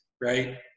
right